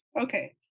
Okay